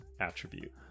attribute